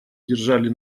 держали